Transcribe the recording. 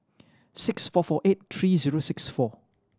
six four four eight three zero six four